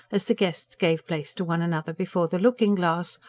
as the guests gave place to one another before the looking-glass,